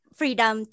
freedom